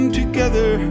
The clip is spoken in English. together